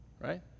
right